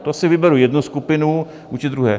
Prostě si vyberu jednu skupinu vůči druhé.